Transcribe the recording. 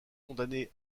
condamnés